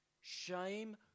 Shame